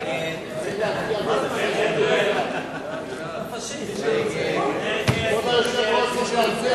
הצעת סיעת האיחוד הלאומי שלא להחיל דין רציפות על הצעת